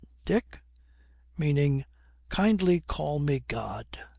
dick meaning kindly call me god!